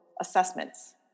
assessments